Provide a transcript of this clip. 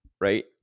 right